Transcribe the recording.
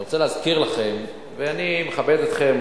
אני רוצה להזכיר לכם, ואני מכבד אתכם.